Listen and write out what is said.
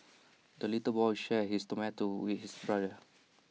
the little boy shared his tomato with his brother